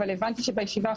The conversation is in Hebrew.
אבל הבנתי שבישיבה האחרונה,